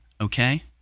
okay